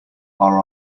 are